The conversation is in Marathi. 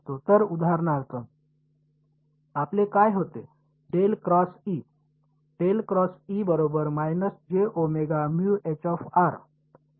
तर उदाहरणार्थ आपले काय होते आणि नेहमीच r चे फंक्शन असते